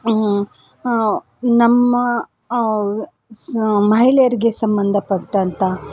ನಮ್ಮ ಮಹಿಳೆಯರಿಗೆ ಸಂಬಂಧಪಟ್ಟಂಥ